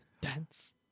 Dance